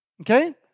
okay